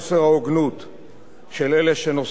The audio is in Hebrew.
של אלה שנושאים בנטל הביטחוני,